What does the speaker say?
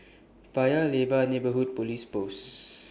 Paya Lebar Neighbourhood Police Post